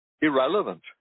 irrelevant